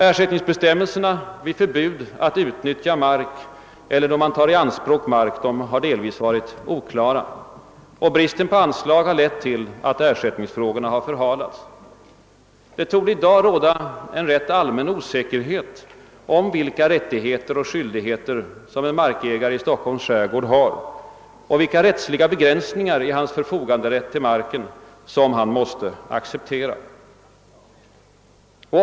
Ersättningsbestämmelserna vid förbud att utnyttja mark eller vid ianspråktagande av mark har delvis varit oklara. Bristen på anslag har lett till att ersättningsfrågorna förhalats. Det torde i dag råda en rätt allmän osäkerhet om vilka rättigheter och skyldigheter en markägare i Stockholms skärgård har och vilka rättsliga begränsningar i sin förfoganderätt över marken som han måste acceptera.